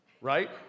Right